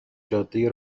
جاده